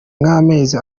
nk’amezi